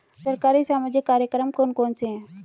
सरकारी सामाजिक कार्यक्रम कौन कौन से हैं?